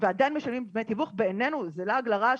ועדיין משלמים דמי תיווך בעינינו זה לעג לרש.